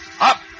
Up